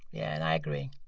yeah and i agree.